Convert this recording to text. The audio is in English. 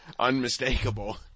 unmistakable